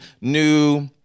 new